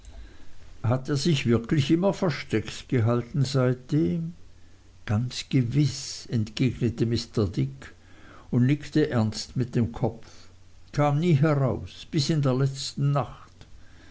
hat er sich wirklich immer versteckt gehalten seitdem ganz gewiß entgegnete mr dick und nickte ernst mit dem kopf kam nie heraus bis in der letzten nacht